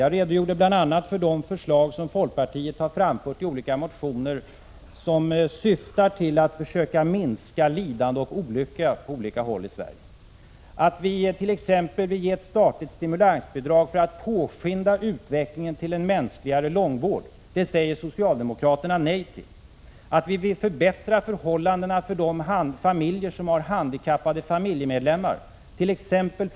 Jag redogjorde bl.a. för de förslag som folkpartiet har framfört i olika motioner och som syftar till att minska lidande och olyckor på olika håll i Sverige. Vi vill t.ex. ge ett statligt stimulansbidrag för att påskynda utvecklingen till en mänskligare långvård. Det säger socialdemokraterna nej till. Vi vill förbättra förhållandena för familjer som har handikappade familjemedlemmar —t.ex.